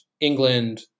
England